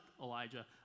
Elijah